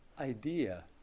idea